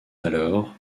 alors